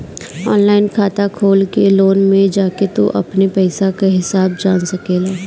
online खाता खोल के लोन में जाके तू अपनी पईसा कअ हिसाब जान सकेला